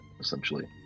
essentially